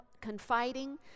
confiding